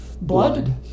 blood